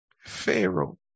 Pharaoh